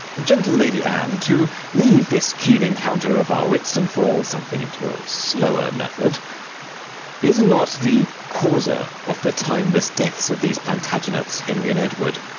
gentle lady anne to leave this keen encounter of our wits, and fall something into a slower method is not the causer of the timeless deaths of these plantagenets, henry and edward,